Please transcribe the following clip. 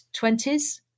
20s